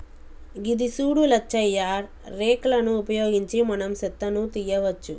గిది సూడు లచ్చయ్య రేక్ లను ఉపయోగించి మనం సెత్తను తీయవచ్చు